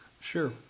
Sure